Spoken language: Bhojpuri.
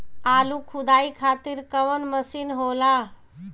आलू खुदाई खातिर कवन मशीन होला?